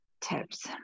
tips